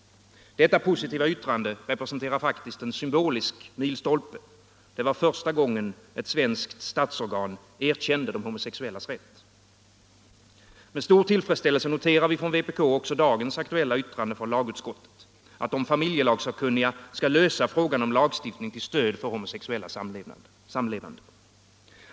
Detta positiva yttrande representerar faktiskt en symbolisk milstolpe. Det var första gången ett svenskt statsorgan erkände de homosexuellas rätt. Med stor tillfredsställelse noterar vi från vpk också dagens aktuella yttrande från lagutskottet, att de familjelagssakkunniga skall lösa frågan om lagstiftning till stöd för homosexuella samlevande.